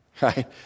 right